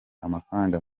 amafaranga